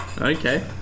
Okay